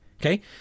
Okay